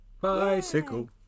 bicycle